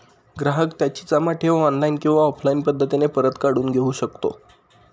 ग्राहक त्याची जमा ठेव ऑनलाईन किंवा ऑफलाईन पद्धतीने परत काढून घेऊ शकतो